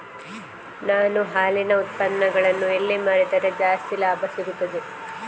ನಾನು ಹಾಲಿನ ಉತ್ಪನ್ನಗಳನ್ನು ಎಲ್ಲಿ ಮಾರಿದರೆ ಜಾಸ್ತಿ ಲಾಭ ಸಿಗುತ್ತದೆ?